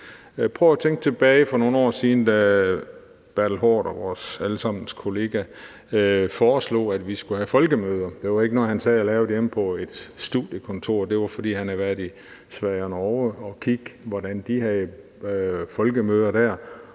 sammens kollega, for nogle år siden foreslog, at vi skulle have folkemøder. Det var ikke noget, han sad og lavede inde på et studiekontor. Det var, fordi han havde været i Sverige og Norge og set, hvordan de havde folkemøder der,